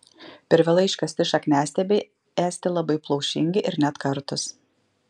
per vėlai iškasti šakniastiebiai esti labai plaušingi ir net kartūs